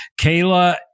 Kayla